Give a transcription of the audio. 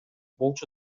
болчу